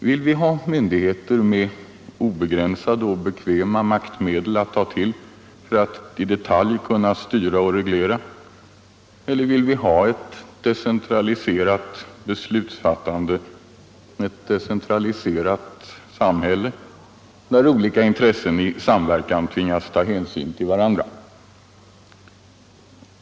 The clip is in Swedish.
Vill vi ha myndigheter med obegränsade och bekväma maktmedel att ta till för att i detalj kunna styra och reglera, eller vill vi ha ett decentraliserat beslutsfattande, ett decentraliserat samhälle, där olika intressen i samverkan tvingas ta hänsyn till varandra?